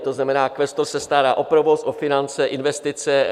To znamená, kvestor se stará o provoz, o finance, investice.